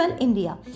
India